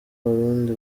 abarundi